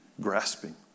grasping